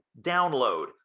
download